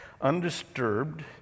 undisturbed